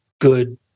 good